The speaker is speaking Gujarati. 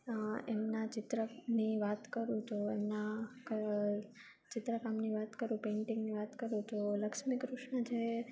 એમના ચિત્રની વાત કરું તો એમનાં ચિત્રકામની વાત કરું પેન્ટિંગની વાત કરું તો લક્ષ્મી કૃષ્ણ જે